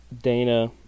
Dana